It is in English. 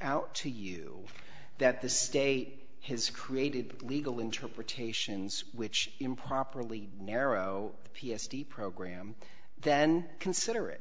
out to you that the state has created legal interpretations which improperly narrow the p s t program then consider it